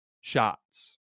shots